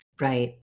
Right